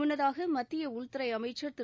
முன்னதாக மத்திய உள்துறை அமைச்சர் திரு